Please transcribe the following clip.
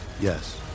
Yes